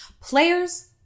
Players